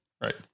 right